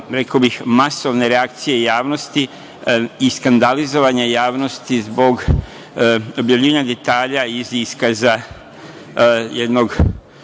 rekao bih, masovne reakcije javnosti i skandalizovanja javnosti zbog objavljivanja detalja iz iskaza jednog